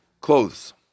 clothes